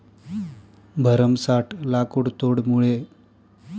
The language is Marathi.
भरमसाठ लाकुडतोडमुये आपली लाकडंसनी अर्थयवस्था धोकामा येल शे